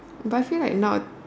but I feel like now